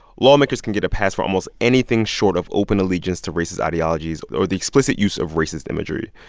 lawmakers can get a pass for almost anything short of open allegiance to racist ideologies or the explicit use of racist imagery.